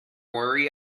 worry